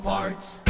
Parts